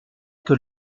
que